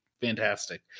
fantastic